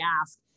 ask